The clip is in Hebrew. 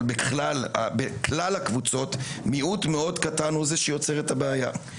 אבל כלל הקבוצות מיעוט מאוד קטן הוא זה שיוצר את הבעיה.